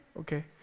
Okay